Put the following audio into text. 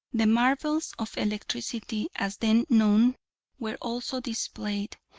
the marvels of electricity as then known were also displayed,